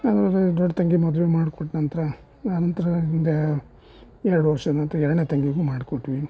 ಆಮೇಲೆ ದೊಡ್ಡ ತಂಗಿ ಮದುವೆ ಮಾಡಿ ಕೊಟ್ಟ ನಂತರ ನಂತರ ಎರಡು ವರ್ಷ ನಂತರ ಎರಡನೇ ತಂಗಿಗೂ ಮಾಡಿಕೊಟ್ವಿ